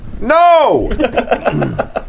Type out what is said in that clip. No